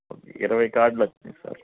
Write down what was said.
okay ఇరవై కార్డ్లు వచ్చాయి సార్